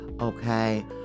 Okay